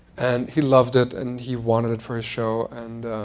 and he loved it, and he wanted it for his show. and